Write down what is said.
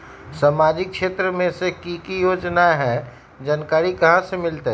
सामाजिक क्षेत्र मे कि की योजना है जानकारी कहाँ से मिलतै?